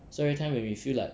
so everytime when we feel like